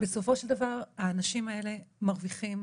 בסופו של דבר האנשים האלה מרוויחים,